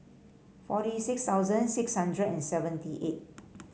forty six thousand six hundred and seventy eight